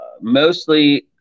mostly